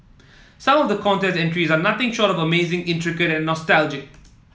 some of the contest entries are nothing short of amazing intricate and nostalgic